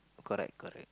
correct correct